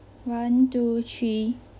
one two three